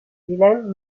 wilhelm